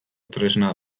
tresna